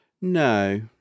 No